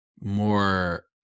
more